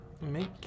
Make